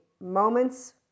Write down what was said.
moments